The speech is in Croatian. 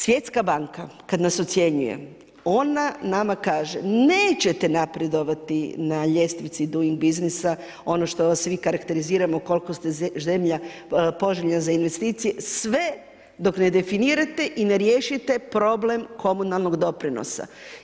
Svjetska banka kada nas ocjenjuje ona nama kaže nećete napredovati na ljestvici doing businessa ono što svi karakteriziramo koliko ste zemlja poželjna za investicije dok ne definirate i ne riješite problem komunalnog doprinosa.